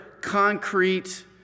concrete